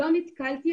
לא נתקלתי,